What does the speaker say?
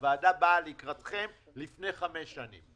הוועדה באה לקראתכם לפני חמש שנים.